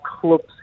club's